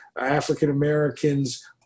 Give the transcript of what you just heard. African-Americans